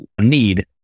need